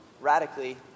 radically